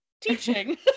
teaching